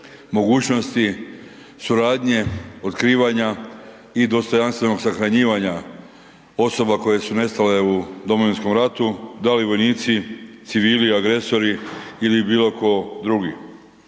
mogućnosti suradnje, otkrivanja i dostojanstvenog sahranjivanja osoba koje su nestale u Domovinskom ratu, da li vojnici, civili, agresori ili bilo tko drugi.